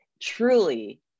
Truly